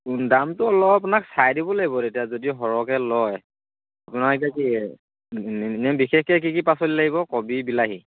দামটো অলপ আপোনাক চাই দিব লাগিব তেতিয়া যদি সৰহকৈ লয় আপোনাৰ এতিয়া কি এনেই বিশেষকৈ কি কি পাচলি লাগিব কবি বিলাহী